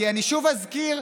כי אני שוב אזכיר,